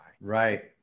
Right